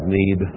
need